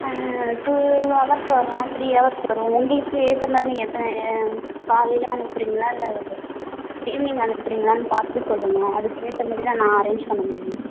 two hours வரும் three hours வரும் உங்களுக்கு ஏற்ற மாதிரி நீங்கள் எத்தனை காலையில் அனுப்பறீங்களா இல்லை ஈவினிங் அனுப்பறீங்களானு பார்த்துட்டு சொல்லுங்க அதுக்கு ஏற்ற மாரி தான் நான் அரேஞ்ச் பண்ண முடியும்